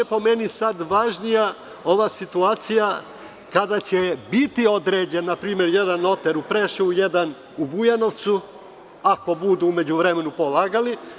Po meni je još važnija situacija – kada će biti određen jedan notar u Preševu, jedan u Bujanovcu, ako budu u međuvremenu polagali?